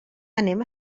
anem